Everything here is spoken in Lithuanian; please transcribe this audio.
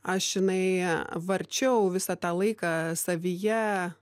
aš žinai varčiau visą tą laiką savyje